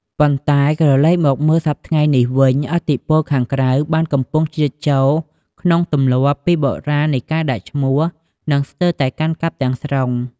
ប៉ុន្តែ ក្រឡេកមកមើលសព្វថ្ងៃនេះវិញ ឥទ្ធិពលខាងក្រៅបានកំពុងជ្រៀតចូលក្នុងទម្លាប់ពីបុរាណនៃការដាក់ឈ្មោះ និងស្ទើរតែកាន់កាប់ទាំងស្រុង។